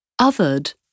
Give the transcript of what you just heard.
othered